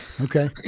Okay